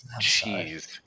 Jeez